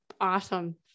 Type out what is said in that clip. Awesome